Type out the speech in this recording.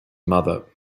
mother